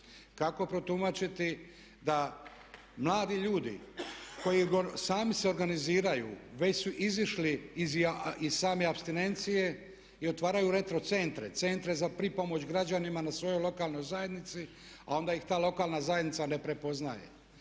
Kako protumačiti da mladi ljudi koji sami se organiziraju, već su izišli iz same apstinencije i otvaraju retro centre, centre za pripomoć građanima na svojoj lokalnoj zajednici, a onda ih ta lokalna zajednica ne prepoznaje.